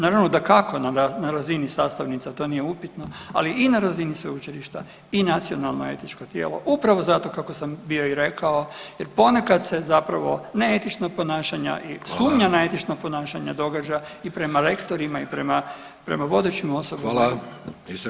Naravno dakako na razini sastavnica, to nije upitno ali i na razini sveučilišta i Nacionalno etičko tijelo upravo zato kako sam bio i rekao jer ponekad se zapravo neetičnost ponašanja i sumnja na etičnost ponašanja događa i prema rektorima i prema vodećim osobama.